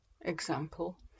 Example